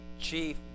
Chief